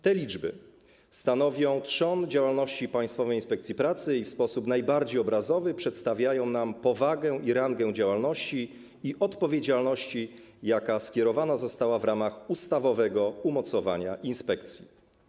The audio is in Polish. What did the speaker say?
Te liczby stanowią trzon działalności Państwowej Inspekcji Pracy i w sposób najbardziej obrazowy przedstawiają nam powagę i rangę działalności i odpowiedzialności, jaka określona została w ramach ustawowego umocowania inspekcji.